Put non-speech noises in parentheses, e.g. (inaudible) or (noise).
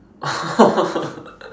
oh (laughs)